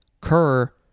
cur